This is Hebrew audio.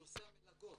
נושא המלגות,